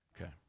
Okay